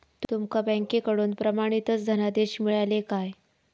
तुमका बँकेकडून प्रमाणितच धनादेश मिळाल्ले काय?